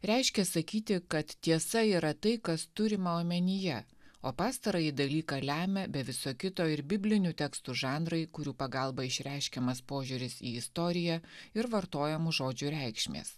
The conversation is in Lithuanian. reiškia sakyti kad tiesa yra tai kas turima omenyje o pastarąjį dalyką lemia be viso kito ir biblinių tekstų žanrai kurių pagalba išreiškiamas požiūris į istoriją ir vartojamų žodžių reikšmės